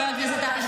חבר הכנסת עמאר.